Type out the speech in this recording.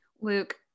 Luke